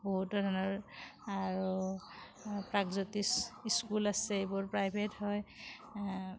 বহুত ধৰণৰ আৰু প্ৰাগজ্যোতিষ স্কুল আছে এইবোৰ প্ৰাইভেট হয়